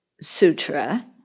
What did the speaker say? sutra